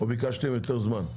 או ביקשתם יותר זמן?